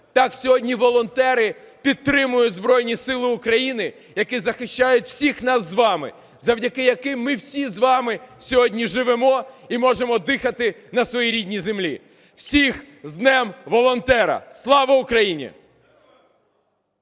так сьогодні волонтери підтримують Збройні Сили України, які захищають всіх нас з вами, завдяки яким ми всі з вами сьогодні живемо і можемо дихати на своїй рідній землі. Всіх з Днем волонтера! Слава Україні!